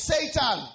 Satan